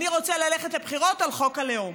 אני רוצה ללכת לבחירות על חוק הלאום.